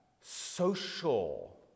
social